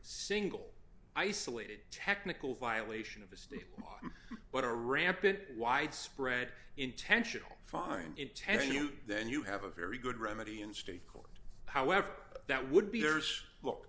single isolated technical violation of a state law but a rampant widespread intentional find it telling you then you have a very good remedy in state court however that would be yours look